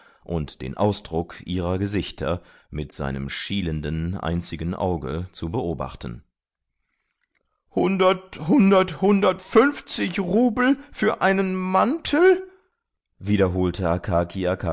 und den ausdruck ihrer gesichter mit seinem schielenden einzigen auge zu beobachten hundertfünfzig rubel für einen mantel